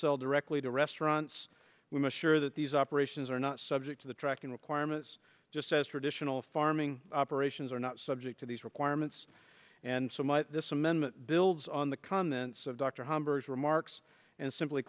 sell directly to restaurants we must sure that these operations are not subject to the tracking requirements just as traditional farming operations are not subject to these requirements and so might this amendment builds on the comments of dr hamburg's remarks and simply